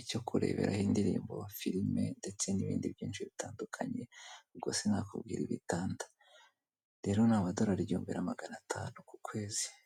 icyo kureberaho indirimbo, filime, ndetse n'ibindi byinshi bitandukanye, ubwo sinakubwira igitanda rero ni amadorari igihumbi magana atanu ku kwezi.